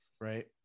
Right